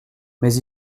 mais